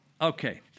okay